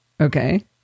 Okay